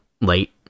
Late